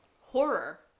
horror